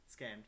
Scammed